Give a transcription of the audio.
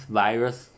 virus